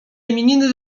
imieniny